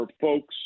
folks